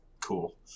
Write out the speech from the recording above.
cool